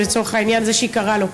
או לצורך העניין זה שהיא קראה לו.